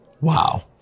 wow